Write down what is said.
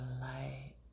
light